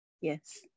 Yes